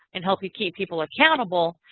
and help you keep people accountable.